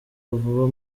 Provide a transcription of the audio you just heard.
vuba